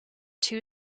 two